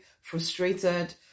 frustrated